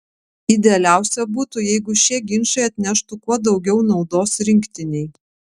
idealiausia būtų jeigu šie ginčai atneštų kuo daugiau naudos rinktinei